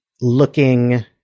looking